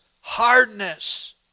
hardness